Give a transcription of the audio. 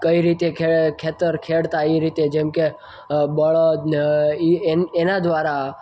કઈ રીતે ખેતર ખેડતા એ રીતે જેમકે બળદને એ એમ એના દ્વારા